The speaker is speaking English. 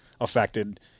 affected